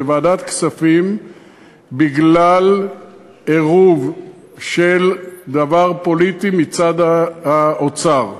בוועדת הכספים בגלל עירוב של דבר פוליטי מצד האוצר.